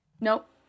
Nope